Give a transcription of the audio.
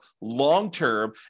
long-term